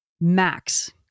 max